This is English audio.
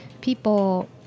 people